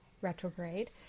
retrograde